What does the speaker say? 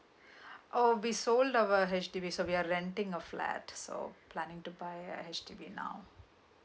oh we sold our H_D_B so we are renting a flat so planning to buy a H_D_B now